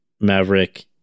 Maverick